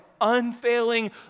unfailing